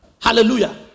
Hallelujah